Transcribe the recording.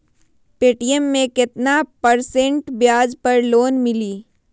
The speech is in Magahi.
पे.टी.एम मे केतना परसेंट ब्याज पर लोन मिली?